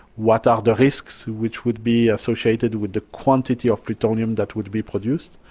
what are the risks which would be associated with the quantity of plutonium that would be produced?